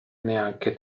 neanche